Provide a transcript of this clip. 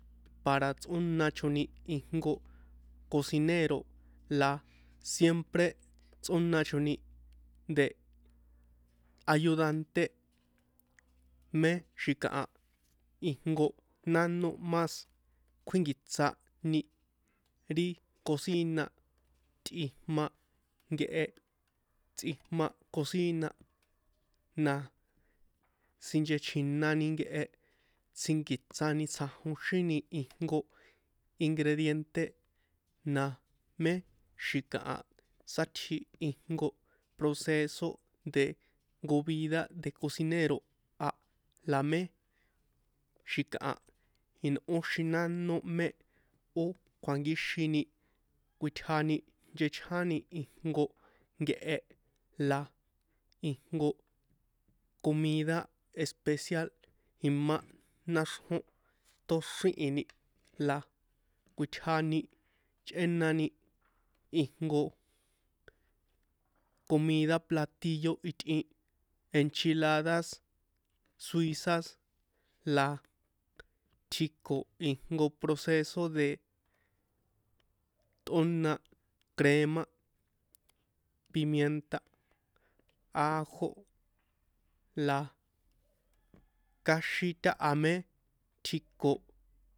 Para tsꞌónachoni ijnko cocinero la siempre tsꞌóna choni de ayudante mé xi̱kaha ijnko nánó más kjuénkiṭsa ni ri cocina tꞌijma nkehe tsꞌijma cocina na sinchechjinani nkehe tsjínkiṭsani tsjajoxíni ijnko ingredinte na mé xi̱kaha sátsji ijnko proceso de jnko vida de cocinero a la mé xi̱kaha jinꞌóxin nanó mé ó kjuankíxini kuitjani nchechjáni ijnko nkehe la ijnko comida especial imá náxrjón tóxríhi̱ni la kuitjani chꞌénani ijnko comida platillo itꞌin enchiladas suizas la tjiko ijnko proceso de tꞌóna crema pimienta ajo la káxin taha mé tjiko.